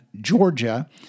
Georgia